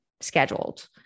scheduled